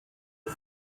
the